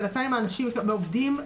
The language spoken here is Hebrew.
בינתיים האנשים עובדים?